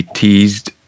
teased